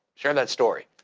share that story.